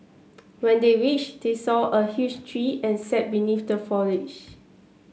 when they reached they saw a huge tree and sat beneath the foliage